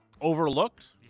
Overlooked